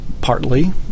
Partly